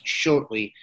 shortly